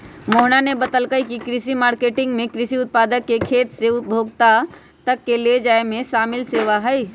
मोहना ने बतल कई की कृषि मार्केटिंग में कृषि उत्पाद के खेत से उपभोक्ता तक ले जाये में शामिल सेवा हई